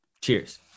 Cheers